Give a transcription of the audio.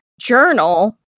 journal